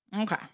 Okay